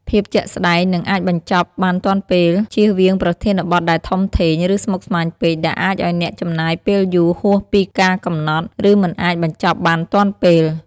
ភាពជាក់ស្តែង និងអាចបញ្ចប់បានទាន់ពេល ជៀសវាងប្រធានបទដែលធំធេង ឬស្មុគស្មាញពេក ដែលអាចឲ្យអ្នកចំណាយពេលយូរហួសពីការកំណត់ ឬមិនអាចបញ្ចប់បានទាន់ពេល។